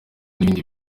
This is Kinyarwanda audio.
n’ibindi